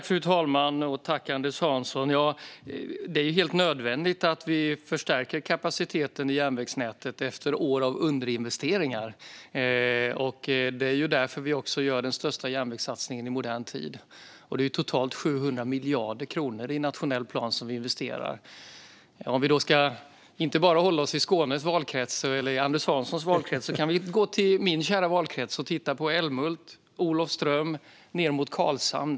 Fru talman! Tack, Anders Hansson! Det är helt nödvändigt att vi förstärker kapaciteten i järnvägsnätet efter år av underinvesteringar. Det är också därför vi gör den största järnvägssatsningen i modern tid och investerar totalt 700 miljarder kronor i nationell plan. Om vi inte bara ska hålla oss i Skåne och Anders Hanssons valkrets så kan vi gå till min kära valkrets och titta på Älmhult och Olofström ned mot Karlshamn.